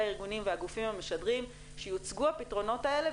הארגונים והגופים המשדרים שיוצגו הפתרונות האלה,